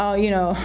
so you know,